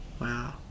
Wow